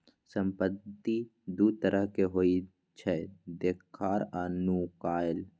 संपत्ति दु तरहक होइ छै देखार आ नुकाएल